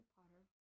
Potter